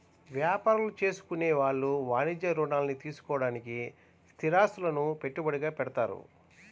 యాపారాలు చేసుకునే వాళ్ళు వాణిజ్య రుణాల్ని తీసుకోడానికి స్థిరాస్తులను పెట్టుబడిగా పెడతారు